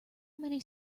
many